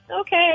okay